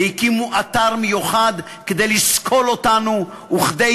והקימו אתר מיוחד כדי לסקול אותנו וכדי